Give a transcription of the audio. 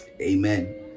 Amen